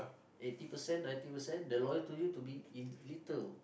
eighty percent ninety percent they are loyal to you to be in little